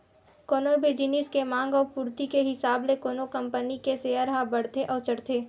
कोनो भी जिनिस के मांग अउ पूरति के हिसाब ले कोनो कंपनी के सेयर ह बड़थे अउ चढ़थे